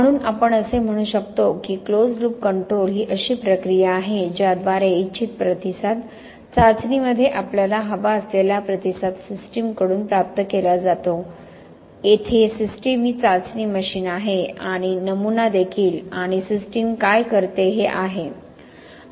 म्हणून आपण असे म्हणू शकतो की क्लोज लूप कंट्रोल ही अशी प्रक्रिया आहे ज्याद्वारे इच्छित प्रतिसाद चाचणीमध्ये आपल्याला हवा असलेला प्रतिसाद सिस्टमकडून प्राप्त केला जातो येथे सिस्टम ही चाचणी मशीन आहे आणि नमुना देखील आणि सिस्टम काय करते हे आहे